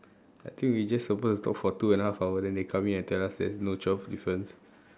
I think we just supposed to talk for two and a half hour then they come in and tell us there's no twelfth difference